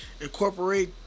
incorporate